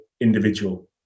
individual